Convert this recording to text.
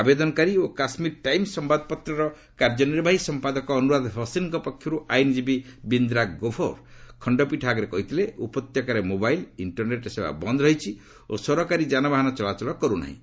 ଆବେଦନକାରୀ ଓ କାଶ୍କୀର ଟାଇମ୍ବ ସମ୍ଭାଦପତ୍ରର କାର୍ଯ୍ୟ ନିର୍ବାହୀ ସମ୍ପାଦକ ଅନୁରାଧା ଭସିନ୍ଙ୍କ ପକ୍ଷରୁ ଆଇନ୍ଜୀବୀ ବ୍ରିନ୍ଦା ଗୋଭର ଖଣ୍ଡପୀଠ ଆଗରେ କହିଥିଲେ ଉପତ୍ୟକାରେ ମୋବାଇଲ୍ ଇଷ୍ଟରନେଟ୍ ସେବା ବନ୍ଦ ରହିଛି ଓ ସରକାରୀ ଯାନବାହନ ଚଳାଚଳ କରୁନାହିଁ